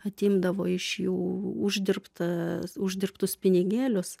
atimdavo iš jų uždirbtas uždirbtus pinigėlius